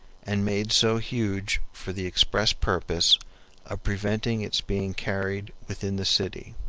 and made so huge for the express purpose of preventing its being carried within the city